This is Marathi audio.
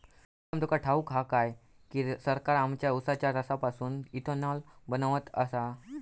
प्रीतम तुका ठाऊक हा काय की, सरकार आमच्या उसाच्या रसापासून इथेनॉल बनवत आसा